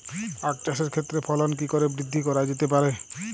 আক চাষের ক্ষেত্রে ফলন কি করে বৃদ্ধি করা যেতে পারে?